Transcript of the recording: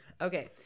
Okay